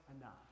enough